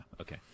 okay